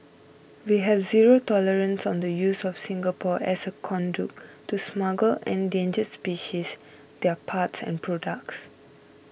we have zero tolerance on the use of Singapore as a conduit to smuggle endangered species their parts and products